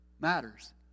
matters